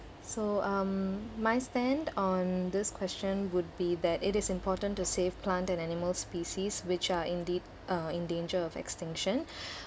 so um my stand on this question would be that it is important to save plant and animal species which are indeed uh in danger of extinction